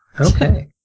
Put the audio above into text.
Okay